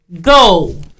Go